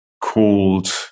called